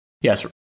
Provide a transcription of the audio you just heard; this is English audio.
Yes